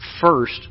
first